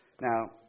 Now